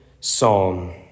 Psalm